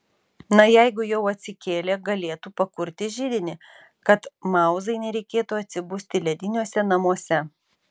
na jeigu jau atsikėlė galėtų pakurti židinį kad mauzai nereikėtų atsibusti lediniuose namuose